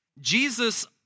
Jesus